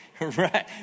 right